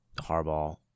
Harbaugh